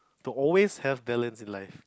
they will always have balance in life